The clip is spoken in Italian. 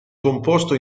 composto